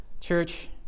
Church